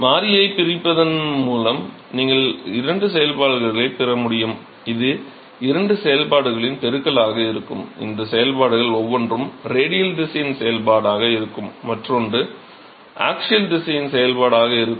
எனவே மாறியைப் பிரிப்பதன் மூலம் நீங்கள் 2 செயல்பாடுகளைப் பெற முடியும் இது 2 செயல்பாடுகளின் பெருக்கலாக இருக்கும் இந்த செயல்பாடுகள் ஒவ்வொன்றும் ரேடியல் திசையின் செயல்பாடாக இருக்கும் மற்றொன்று ஆக்ஸியல் திசையின் செயல்பாடாக இருக்கும்